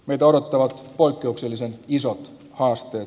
meitä odottavat poikkeuksellisen iso haaste